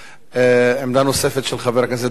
עמדה נוספת, של חבר הכנסת דב חנין.